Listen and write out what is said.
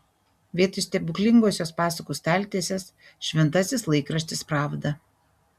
vietoj stebuklingosios pasakų staltiesės šventasis laikraštis pravda